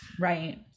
Right